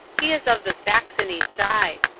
he is of the saxony side.